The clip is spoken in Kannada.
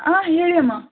ಹಾಂ ಹೇಳಿ ಅಮ್ಮ